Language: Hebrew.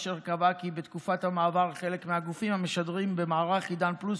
אשר קבעה כי בתקופת המעבר חלק מהגופים המשדרים במערך עידן פלוס,